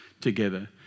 together